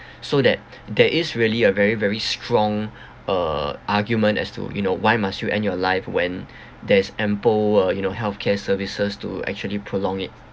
so that there is really a very very strong uh argument as to you know why must you end your life when there's ample uh you know healthcare services to actually prolong it